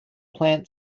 plant